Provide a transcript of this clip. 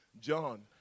John